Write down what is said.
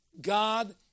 God